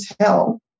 tell